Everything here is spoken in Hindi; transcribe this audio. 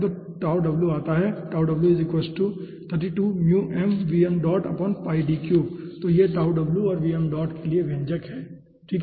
तो आता है तो यह और के लिए व्यंजक है ठीक है